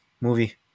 movie